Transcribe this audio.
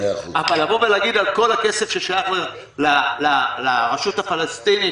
אבל לבוא ולהגיד על כל הכסף ששייך לרשות הפלסטינית,